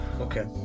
okay